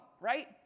right